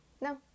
no